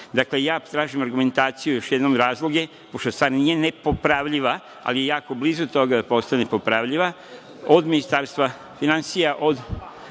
Dakle, ja tražim argumentaciju i još jednom razloge, pošto stvar nije nepopravljiva, ali je jako blizu toga da postane popravljiva, od Ministarstva finansija, od